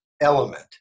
element